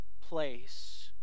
place